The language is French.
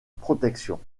protection